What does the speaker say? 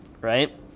right